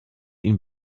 ihn